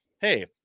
hey